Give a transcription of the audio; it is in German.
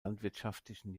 landwirtschaftlichen